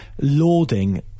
lauding